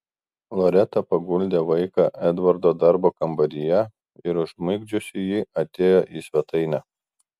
loreta paguldė vaiką edvardo darbo kambaryje ir užmigdžiusi jį atėjo į svetainę